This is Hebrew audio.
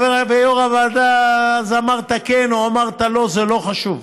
ויו"ר הוועדה, אז אמרת כן או אמרת לא, זה לא חשוב.